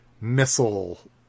missile